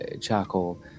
charcoal